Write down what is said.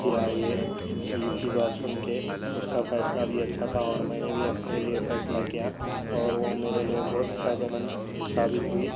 کیا یہ ایوب کی بات سن کے اس کا فیصلہ بھی اچھا تھا اور میں نے بھی اپنے لیے فیصلہ کیا اور وہ میرے لیے بہت فائدے مند ث ثابت ہوئی